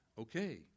Okay